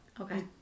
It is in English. Okay